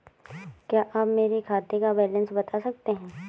क्या आप मेरे खाते का बैलेंस बता सकते हैं?